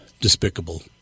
Despicable